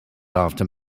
after